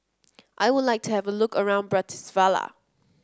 I would like to have a look around Bratislava